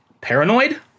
Paranoid